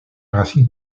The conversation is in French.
racine